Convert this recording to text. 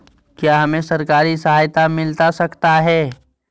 क्या हमे सरकारी सहायता मिलता सकता है?